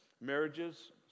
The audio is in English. marriages